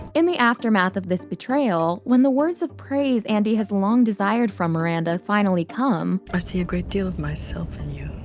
in the aftermath of this betrayal, when the words of praise andy has long desired from miranda finally come, i see a great deal of myself in you.